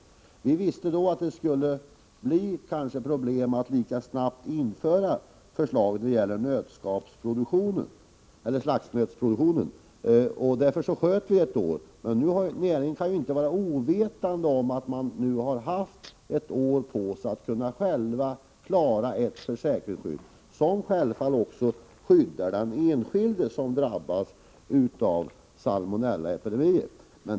För ett år sedan visste vi att det kanske skulle bli problem med att lika snabbt införa detta system beträffande slaktnötsproduktionen, och därför sköt vi på det förslaget ett år. Men näringen kan nu inte vara ovetande om att man har haft ett år på sig att klara ett försäkringsskydd, som självfallet skyddar också den enskilde som drabbas av salmonellaepidemier.